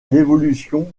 l’évolution